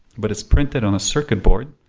but is printed on a circuit board